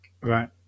Right